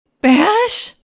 Bash